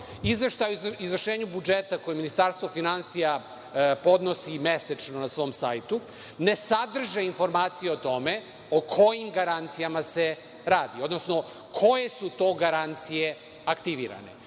izveštaj o izvršenju budžeta koje Ministarstvo finansija podnosi mesečno na svom sajtu ne sadrže informacije o tome o kojim garancijama se radi, odnosno koje su to garancije aktivirane.